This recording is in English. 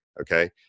okay